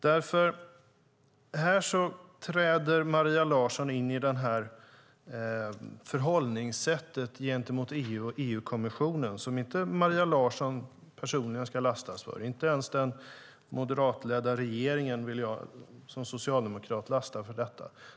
Här träder nämligen Maria Larsson in i ett förhållningssätt gentemot EU och EU-kommissionen som inte Maria Larsson personligen ska lastas för. Inte ens den moderatledda regeringen vill jag som socialdemokrat lasta för detta.